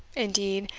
indeed,